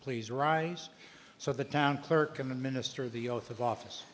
please rise so the town clerk and the minister the oath of office